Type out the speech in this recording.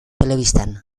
telebistan